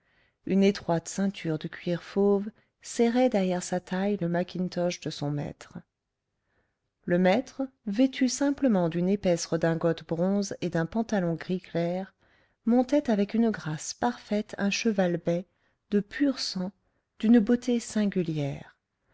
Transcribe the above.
une étroite ceinture de cuir fauve serrait derrière sa taille le mackintosh de son maître le maître vêtu simplement d'une épaisse redingote bronze et d'un pantalon gris clair montait avec une grâce parfaite un cheval bai de pur sang d'une beauté singulière